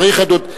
צריך עדות.